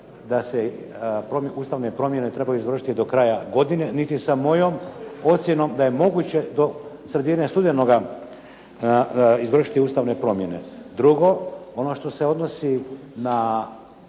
da se ustavne promjene trebaju izvršiti do kraja godine, niti sa mojom ocjenom da je moguće do sredine studenoga izvršiti ustavne promjene. Ono što se odnosi na